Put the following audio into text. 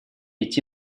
идти